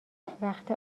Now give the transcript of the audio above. وقت